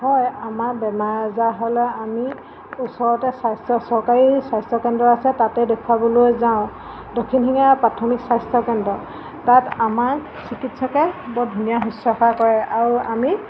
হয় আমাৰ বেমাৰ আজাৰ হ'লে আমি ওচৰতে স্বাস্থ্য চৰকাৰী স্বাস্থ্যকেন্দ্ৰ আছে তাতেই দেখুৱাবলৈ যাওঁ দক্ষিণ শিঙীয়া প্ৰাথমিক স্বাস্থ্যকেন্দ্ৰ তাত আমাৰ চিকিৎসকে বৰ ধুনীয়া শুশ্ৰূষা কৰে আৰু আমি